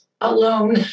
alone